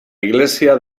iglesia